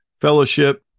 Fellowship